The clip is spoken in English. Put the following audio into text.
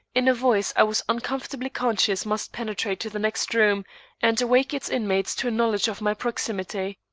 in a voice i was uncomfortably conscious must penetrate to the next room and awake its inmates to a knowledge of my proximity.